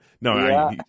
no